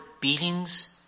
beatings